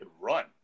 run